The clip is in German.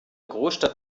großstadt